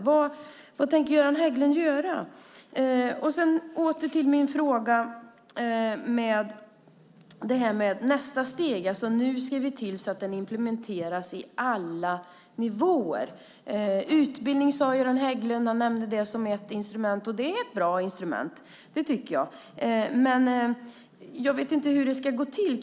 Vad tänker Göran Hägglund göra? Åter till min fråga om nästa steg. Nu ser vi till att barnkonventionen implementeras på alla nivåer. Utbildning nämnde Göran Hägglund som ett instrument. Det är ett bra instrument. Det tycker jag. Men jag vet inte hur det ska gå till.